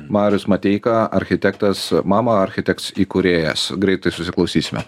marius mateika architektas mama architeks įkūrėjas greitai susiklausysime